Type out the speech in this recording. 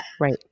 Right